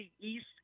East